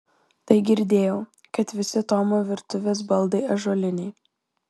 tai girdėjau kad visi tomo virtuvės baldai ąžuoliniai